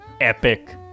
epic